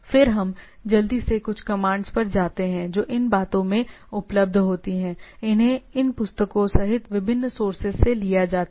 फिर हम जल्दी से कुछ कमांड्स पर जाते हैं जो इन किताबों में उपलब्ध होती हैं इन्हें इन पुस्तकों सहित विभिन्न सोर्सेस से लिया जाता है